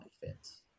fits